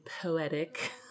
poetic